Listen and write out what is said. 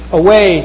away